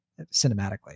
cinematically